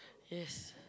yes